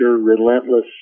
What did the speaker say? relentless